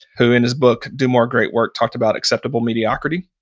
who, in his book, do more great work, talked about acceptable mediocrity.